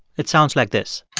it sounds like this